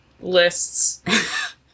lists